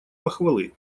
похвалы